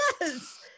yes